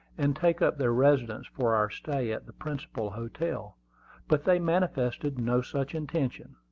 and take up their residence for our stay at the principal hotel but they manifested no such intention.